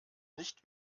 nicht